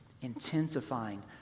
intensifying